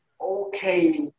okay